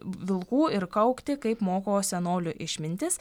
vilkų ir kaukti kaip moko senolių išmintis